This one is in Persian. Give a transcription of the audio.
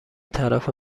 طرف